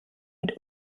mit